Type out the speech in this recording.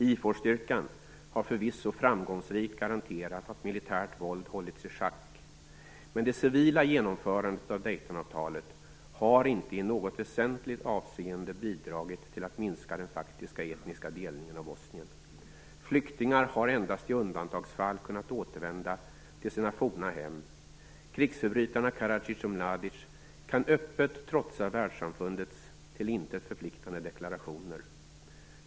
IFOR-styrkan har förvisso framgångsrikt garanterat att militärt våld hållits i schack, men det civila genomförandet av Daytonavtalet har inte i något väsentligt avseende bidragit till att minska den faktiska etniska delningen av Bosnien. Flyktingar har endast i undantagsfall kunnat återvända till sina forna hem. Krigsförbrytarna Karadzic och Mladic kan öppet trotsa världssamfundets till intet förpliktande deklarationer.